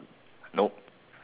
nope